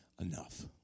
enough